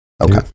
Okay